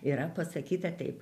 yra pasakyta taip